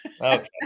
Okay